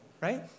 right